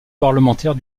parlementaire